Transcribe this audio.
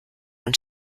und